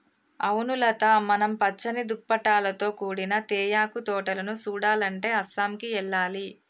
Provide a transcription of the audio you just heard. అవును లత మనం పచ్చని దుప్పటాలతో కూడిన తేయాకు తోటలను సుడాలంటే అస్సాంకి ఎల్లాలి